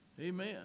Amen